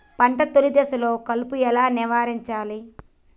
పంట తొలి దశలో కలుపు ఎలా నివారించాలి?